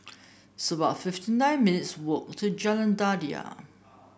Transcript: it's about fifty nine minutes' walk to Jalan Daliah